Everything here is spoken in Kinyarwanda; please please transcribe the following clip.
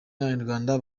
n’abanyarwanda